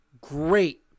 great